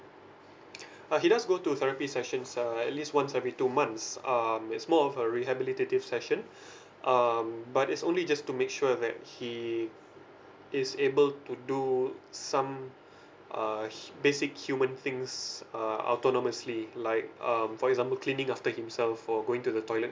uh he does go to therapy sessions uh at least once every two months um it's more of a rehabilitative session um but it's only just to make sure that he is able to do some uh basic human things uh autonomously like um for example cleaning after himself or going to the toilet